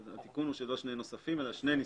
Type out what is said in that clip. התיקון הוא שלא שני נוספים אלא שני ניסיונות.